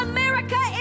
America